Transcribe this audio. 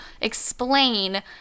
explain